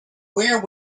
where